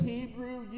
Hebrew